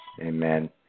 Amen